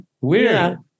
Weird